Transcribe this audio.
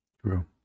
True